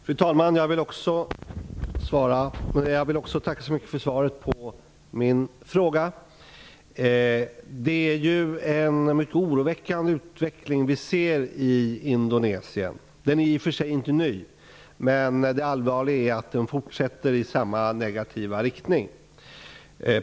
Fru talman! Jag vill också tacka så mycket för svaret på min fråga. Utvecklingen i Indonesien är mycket oroväckande. Det är i och för sig inte en ny utveckling, men det allvarliga är att den fortsätter i samma negativa riktning.